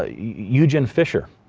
ah eugen fisher,